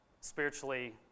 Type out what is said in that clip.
spiritually